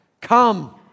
Come